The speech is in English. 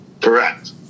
correct